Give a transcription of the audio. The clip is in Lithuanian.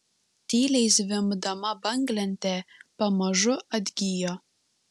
tyliai zvimbdama banglentė pamažu atgijo